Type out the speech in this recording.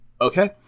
Okay